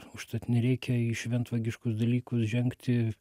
užtat nereikia į šventvagiškus dalykus žengti